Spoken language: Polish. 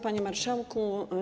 Panie Marszałku!